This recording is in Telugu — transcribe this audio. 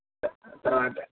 త తర్వాత